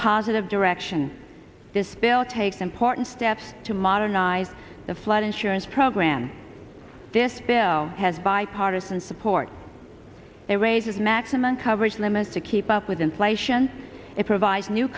positive direction this bill takes important steps to modernize the flood insurance program this bill has bipartisan support it raises maximum coverage limits to keep up with inflation it provides new